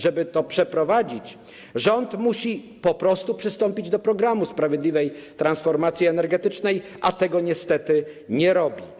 Żeby to przeprowadzić, rząd musi po prostu przystąpić do programu sprawiedliwej transformacji energetycznej, a tego niestety nie robi.